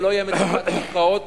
ולא תהיה מצוקת קרקעות,